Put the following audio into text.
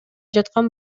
жаткан